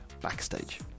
backstage